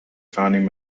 founding